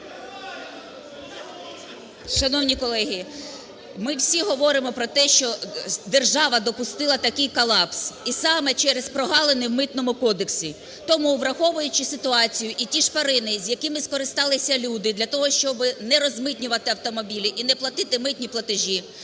Шановні колеги, ми всі говоримо про те, що держава допустила такий колапс, і саме через прогалини в Митному кодексі. Тому, враховуючи ситуацію і ті шпарини, яким скористалися люди для того, щоби не розмитнювати автомобілі і не платити митні платежі,